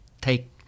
take